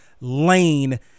Lane